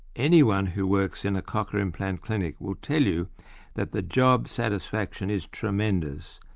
anyone who works in a cochlear implant clinic will tell you that the job satisfaction is tremendous,